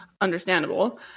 understandable